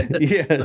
Yes